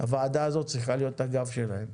הוועדה הזאת צריכה להיות הגב שלהם.